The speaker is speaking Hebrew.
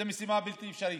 זו משימה בלתי אפשרית.